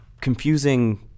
confusing